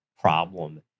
problem